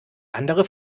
andere